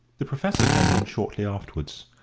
the professor came in shortly afterwards,